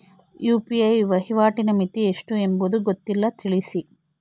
UPI ವಹಿವಾಟಿನ ಮಿತಿ ಎಷ್ಟು ಎಂಬುದು ಗೊತ್ತಿಲ್ಲ? ತಿಳಿಸಿ?